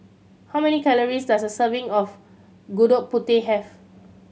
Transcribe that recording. how many calories does a serving of Gudeg Putih have